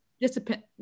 Discipline